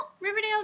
Riverdale